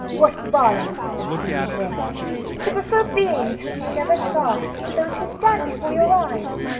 what folly, said she, is this to prefer beings whom you never saw to those who stand before your eyes!